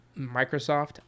Microsoft